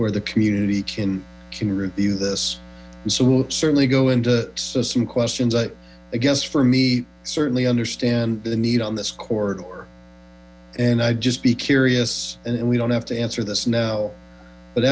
where the community can can review this and so we'll certainly go into some questions i guess for me certainly understand the need on this corridor and i'd just be curious and we don't have to answer this now but